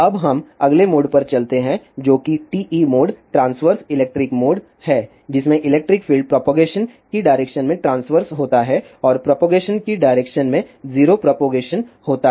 अब हम अगले मोड पर चलते हैं जो कि TE mode transverse electric mode है जिसमें इलेक्ट्रिक फील्ड प्रोपगेशन की डायरेक्शन में ट्रांस्वर्स होता है और प्रोपगेशन की डायरेक्शन में 0 प्रोपगेशन होता है